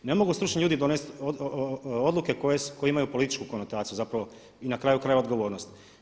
Ne mogu stručni ljudi donositi odluke koje imaju političku konotaciju zapravo i na kraju krajeva odgovornost.